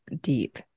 deep